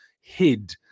hid